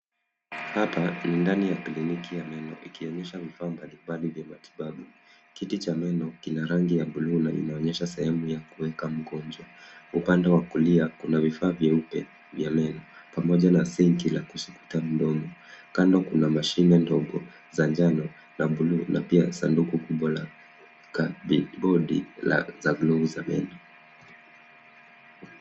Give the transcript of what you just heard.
Hapa ni ndani ya kliniki ya meno ikionyesha vifaa mbalimbali vya matibabu. Kiti cha meno kina rangi ya buluu na kinaonyesha sehemu ya kuweka mgonjwa. Upande wa kulia kuna vifaa vyeupe vya meno pamoja na sinki la kusukuta mdomo. Kando kuna mashine ndogo za njano la buluu na pia sanduku kubwa la kadibodi za glovu za meno.